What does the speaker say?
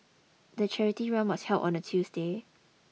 the charity run was held on a Tuesday